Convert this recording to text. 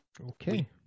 Okay